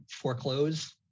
foreclose